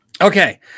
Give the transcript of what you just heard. okay